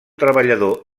treballador